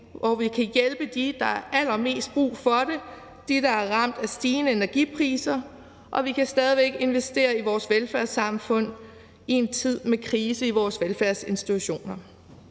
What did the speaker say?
Vi kan hjælpe dem, der har allermest brug for det, dem, der er ramt af stigende energipriser, og vi kan stadig væk investere i vores velfærdssamfund i en tid med krise i vores velfærdsinstitutioner.